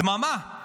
דממה.